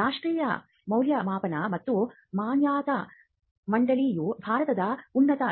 ರಾಷ್ಟ್ರೀಯ ಮೌಲ್ಯಮಾಪನ ಮತ್ತು ಮಾನ್ಯತಾ ಮಂಡಳಿಯು ಭಾರತದ ಉನ್ನತ